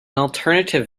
alternative